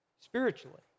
spiritually